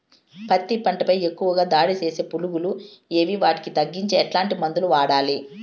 పత్తి పంట పై ఎక్కువగా దాడి సేసే పులుగులు ఏవి వాటిని తగ్గించేకి ఎట్లాంటి మందులు వాడాలి?